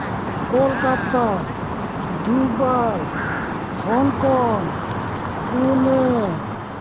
ᱠᱳᱞᱠᱟᱛᱟ ᱫᱩᱵᱟᱭ ᱦᱚᱝᱠᱚᱝ ᱯᱩᱱᱮ